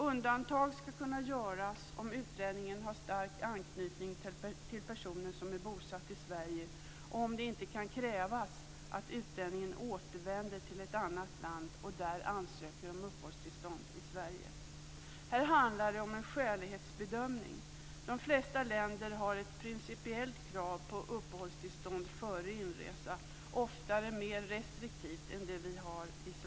Undantag ska kunna göras om utlänningen har stark anknytning till personen som är bosatt i Sverige och om det inte kan krävas att utlänningen återvänder till ett annat land och där ansöker om uppehållstillstånd i Sverige. Här handlar det om en skälighetsbedömning. De flesta länder har ett principiellt krav på uppehållstillstånd före inresa, oftare mer restriktivt än vad Sverige har.